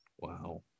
Wow